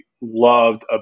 loved